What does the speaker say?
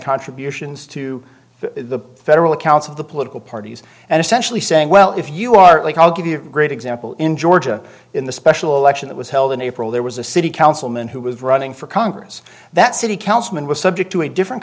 contributions to the federal accounts of the political parties and essentially saying well if you are like i'll give you a great example in georgia in the special election that was held in april there was a city councilman who was running for congress that city councilman was subject to a different